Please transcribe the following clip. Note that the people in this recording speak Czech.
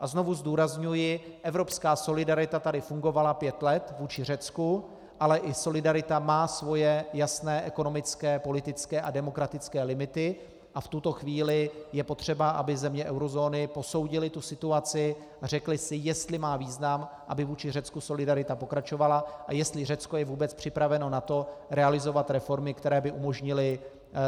A znovu zdůrazňuji, že evropská solidarita tady fungovala vůči Řecku pět let, ale i solidarita má svoje jasné ekonomické, politické a demokratické limity a v tuto chvíli je potřeba, aby země eurozóny posoudily situaci a řekly si, jestli má význam, aby vůči Řecku solidarita pokračovala, a jestli je Řecko vůbec připraveno na to realizovat reformy, které by umožnily